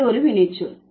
இது ஒரு வினைச்சொல்